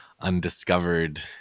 undiscovered